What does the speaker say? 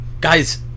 guys